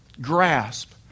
grasp